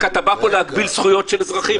כי אתה בא פה להגביל זכויות של אזרחים.